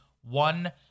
one